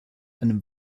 einem